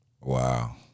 wow